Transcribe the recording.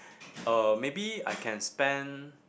uh maybe I can spend